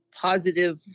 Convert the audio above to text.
positive